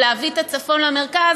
או להביא את הצפון למרכז.